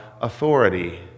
authority